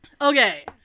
Okay